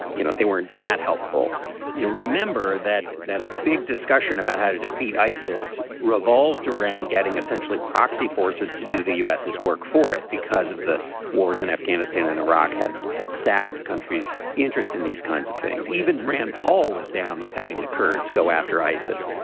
you know they weren't that helpful you remember that that a big discussion about how to defeat isis revolved around getting essentially proxy forces to do the u s. is work for it because of the wars in afghanistan and iraq had had sapped the country's interest in these kinds of things. even rand paul was down with having the kurds go after isis.